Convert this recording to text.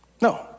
No